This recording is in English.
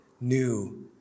new